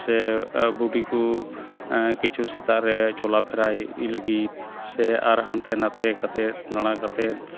ᱥᱮ ᱵᱚᱰᱤᱠᱚ ᱠᱤᱪᱷᱩ ᱥᱮᱛᱟᱜᱨᱮ ᱪᱚᱞᱟᱯᱷᱮᱨᱟᱭ ᱞᱟᱹᱜᱤᱫ ᱥᱮ ᱟᱨ ᱦᱟᱱᱛᱮ ᱱᱟᱛᱮ ᱠᱟᱛᱮᱫ ᱫᱟᱬᱟ ᱠᱟᱛᱮᱫ